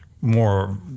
more